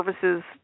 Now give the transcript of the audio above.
services